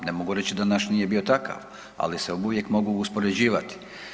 Ne mogu reći da naš nije bio takav, ali se uvijek mogu uspoređivati.